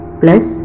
plus